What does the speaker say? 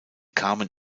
kamen